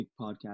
Podcast